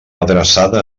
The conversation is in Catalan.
adreçada